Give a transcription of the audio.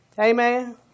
Amen